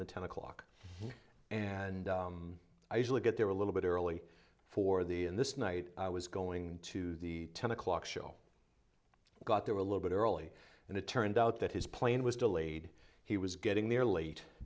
the ten o'clock and i usually get there a little bit early for the and this night i was going to the ten o'clock show got there a little bit early and it turned out that his plane was delayed he was getting there late